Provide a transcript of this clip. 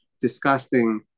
disgusting